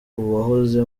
uwahoze